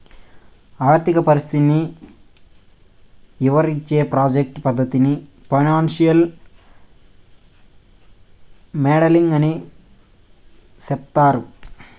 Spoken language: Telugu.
ఆర్థిక పరిస్థితిని ఇవరించే ప్రాజెక్ట్ పద్దతిని ఫైనాన్సియల్ మోడలింగ్ అని సెప్తారు